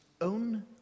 own